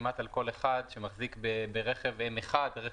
כמעט על כל אחד שמחזיק ברכב נוסעים,